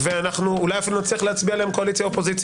ואולי אפילו נצליח להצביע עליהן קואליציה-אופוזיציה.